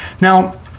Now